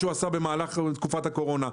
בגלל מה שהוא עשה במהלך תקופת הקורונה.